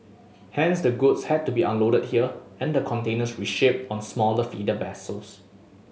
hence the goods had to be unloaded here and the containers reshipped on smaller feeder vessels